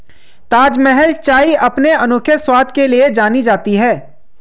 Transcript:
ताजमहल चाय अपने अनोखे स्वाद के लिए जानी जाती है